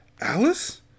Alice